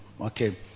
Okay